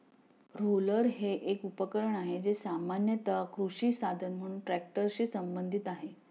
roller हे एक उपकरण आहे, जे सामान्यत कृषी साधन म्हणून ट्रॅक्टरशी संबंधित आहे